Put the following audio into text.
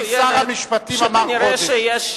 שר המשפטים אמר "חודש".